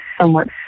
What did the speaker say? somewhat